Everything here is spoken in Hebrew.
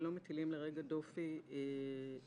לא מטילים לרגע דופי בעבודתך.